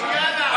תמשיכו, יאללה.